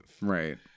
Right